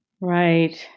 right